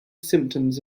symptoms